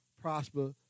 prosper